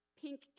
pink